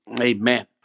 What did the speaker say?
amen